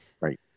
Right